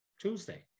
Tuesday